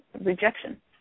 rejection